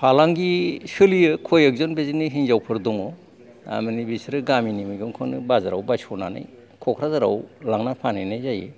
फालांगि सोलियो खय एक जन बिदिनो हिन्जावफोर दङ थार माने बिसोरो गामिनि मैगंखौनो बाजाराव बायस'नानै क'क्राझाराव लांना फानहैनाय जायो